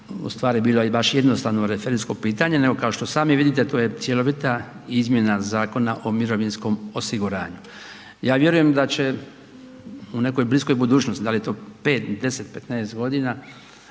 u stvari bilo i baš jednostavno referendumsko pitanje, nego kao što sami vidite to je cjelovita izmjena Zakona o mirovinskom osiguranju. Ja vjerujem da će u nekoj bliskoj budućnosti, da li je to 5, 10, 15 godina